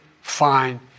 fine